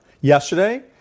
Yesterday